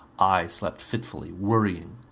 i slept fitfully, worrying,